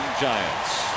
Giants